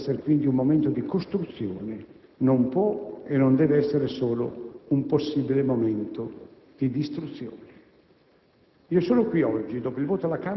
Un dibattito come questo deve essere, quindi, un momento di costruzione; non può e non deve essere solo un possibile momento di distruzione.